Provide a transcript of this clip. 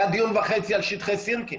היה דיון וחצי על שטחי סירקין.